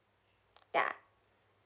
ya